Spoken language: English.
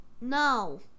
No